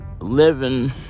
living